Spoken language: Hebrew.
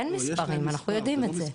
אין מספרים אנחנו יודעים את זה.